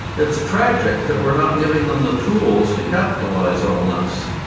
it's tragic that we're not giving them the tools to capitalise on this.